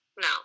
No